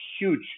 huge